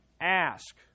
ask